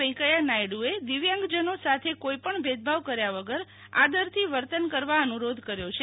વેકૈયા નાયડુએ દિવ્યાંગજનો સાથે કોઈપણ ભેદભાવ કર્યા વગર આદરથી વર્તન કરવા અનુરોધ કર્યો છે